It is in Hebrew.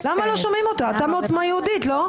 אתה מעוצמה יהודית, לא?